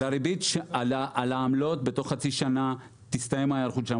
על העמלות בתוך חצי שנה תסתיים ההיערכות.